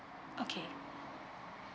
okay